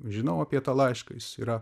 žinau apie tą laišką jis yra